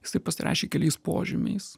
jisai pasireiškia keliais požymiais